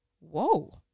whoa